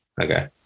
Okay